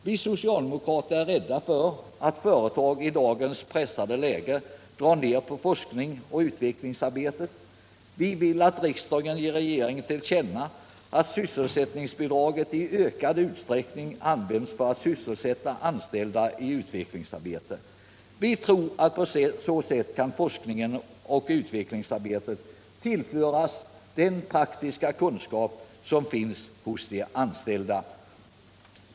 Vi socialdemokrater är rädda för att företagen i dagens pressade läge drar ner på forskningsoch utvecklingsarbetet. Vi vill att riksdagen ger regeringen till känna att sysselsättningsbidraget i ökad utsträckning skall användas för att hålla anställda i utvecklingsarbete. Vi tror att på så sätt kan forskningsoch utvecklingsarbetet tillföras den praktiska kunskap som finns hos de anställda.